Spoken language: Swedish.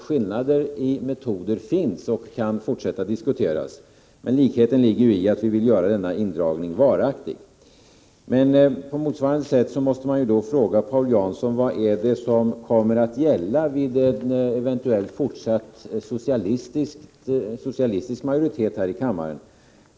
Skillnader i metoder finns och kan fortsätta att diskuteras, men likheten ligger i att vi vill göra denna indragning varaktig. På motsvarande sätt måste man fråga Paul Jansson: Vad är det som kommer att gälla vid en eventuell fortsatt socialistisk majoritet i kammaren?